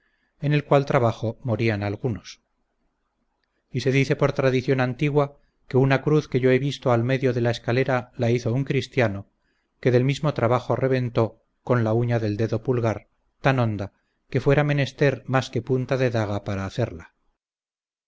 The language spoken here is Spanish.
en el cual trabajo morían algunos y se tiene por tradición antigua que una cruz que yo he visto al medio de la escalera la hizo un cristiano que del mismo trabajo reventó con la uña del dedo pulgar tan honda que fuera menester más que punta de daga para hacerla